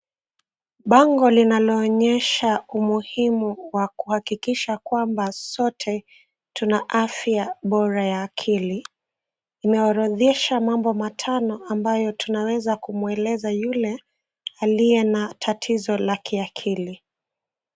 Bango linaloonyesha umuhimu wa kuhakikisha kwamba sote tuna afya bora ya akili, imeorodhesha mambo matano ambayo tunaweza kumueleza yule aliye na tatizo la kiakili.